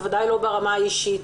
בוודאי לא ברמה האישית.